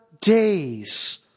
days